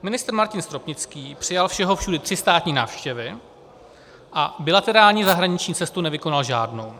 Ministr Martin Stropnický přijal všehovšudy tři státní návštěvy a bilaterální zahraniční cestu nevykonal žádnou.